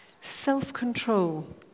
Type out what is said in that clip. self-control